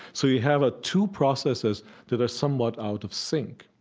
so you have ah two processes that are somewhat out of sync.